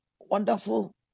wonderful